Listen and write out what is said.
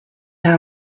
are